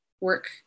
work